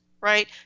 right